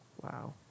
Wow